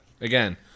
again